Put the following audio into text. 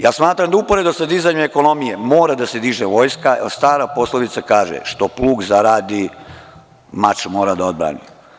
Ja smatram da uporedo sa dizanjem ekonomije mora da se diže vojska, stara poslovica kaže – što plug zaradi, mač mora da odbrani.